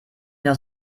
noch